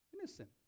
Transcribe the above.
innocent